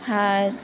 હા